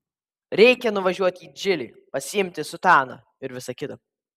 reikia nuvažiuoti į džilį pasiimti sutaną ir visa kita